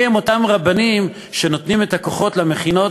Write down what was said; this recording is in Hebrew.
מי הם אותם רבנים שנותנים את הכוחות למכינות,